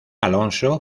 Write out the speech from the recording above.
alonso